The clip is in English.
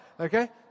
Okay